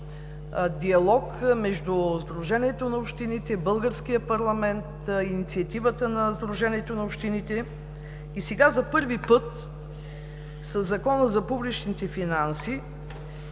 диалог между Сдружението на общините, българския парламент и инициативата на Сдружението на общините. Сега за първи път със Закона за публичните финанси